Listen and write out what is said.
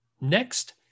Next